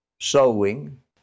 sowing